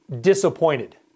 disappointed